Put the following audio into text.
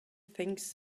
things